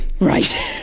Right